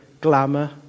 glamour